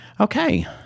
Okay